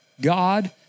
God